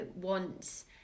wants